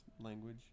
language